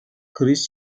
kriz